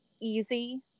easy